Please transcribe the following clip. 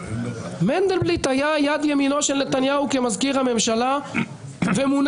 מנדלבליט היה יד ימינו של נתניהו כמזכיר הממשלה ומונה